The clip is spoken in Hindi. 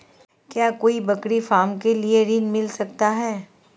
क्या कोई बकरी फार्म के लिए ऋण मिल सकता है?